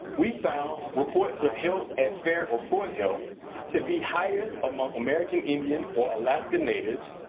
we found reports of health as fair or poor health to be higher among american indian or alaskan natives,